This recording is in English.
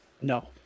No